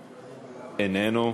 איננו,